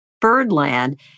Birdland